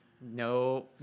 no